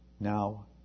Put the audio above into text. now